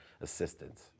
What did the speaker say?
assistance